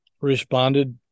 responded